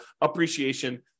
appreciation